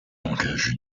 engage